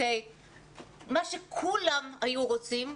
מה שכולם היו רוצים,